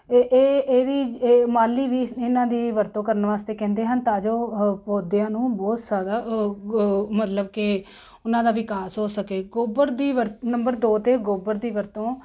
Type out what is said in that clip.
ਏ ਇਹ ਇਹਦੀ ਇਹ ਮਾਲੀ ਵੀ ਇਹਨਾਂ ਦੀ ਵਰਤੋਂ ਕਰਨ ਵਾਸਤੇ ਕਹਿੰਦੇ ਹਨ ਤਾਂ ਜੋ ਪੌਦਿਆਂ ਨੂੰ ਬਹੁਤ ਸਾਰਾ ਮਤਲਬ ਕਿ ਉਹਨਾਂ ਦਾ ਵਿਕਾਸ ਹੋ ਸਕੇ ਗੋਬਰ ਦੀ ਵਰ ਨੰਬਰ ਦੋ 'ਤੇ ਗੋਬਰ ਦੀ ਵਰਤੋਂ